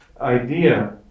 idea